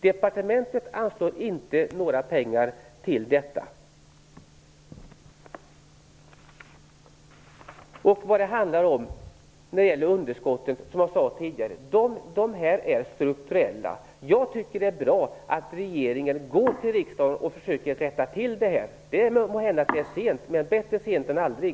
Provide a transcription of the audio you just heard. Departementet anslår däremot inte några pengar till detta. Underskotten är, som jag sade tidigare, strukturella. Jag tycker att det är bra att regeringen vänder sig till riksdagen och försöker rätta till detta. Det är måhända sent, men bättre sent än aldrig.